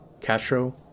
Castro